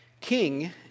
King